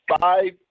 five